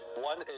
One